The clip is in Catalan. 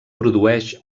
produeix